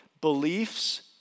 Beliefs